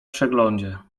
przeglądzie